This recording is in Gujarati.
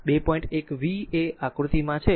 1 v એ આકૃતિ માં છે